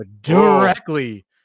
directly